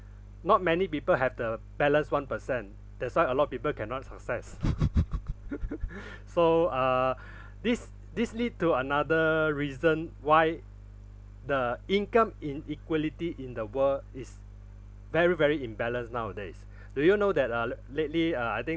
not many people have the balance one per cent that's why a lot of people cannot success so uh this this lead to another reason why the income inequality in the world is very very imbalance nowadays do you know that uh l~lately uh I think